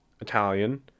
italian